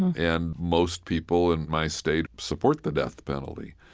and most people in my state support the death penalty.